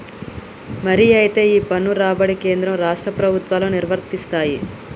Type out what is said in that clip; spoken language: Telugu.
మరి అయితే ఈ పన్ను రాబడి కేంద్ర రాష్ట్ర ప్రభుత్వాలు నిర్వరిస్తాయి